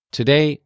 today